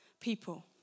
people